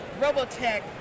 Robotech